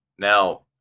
Now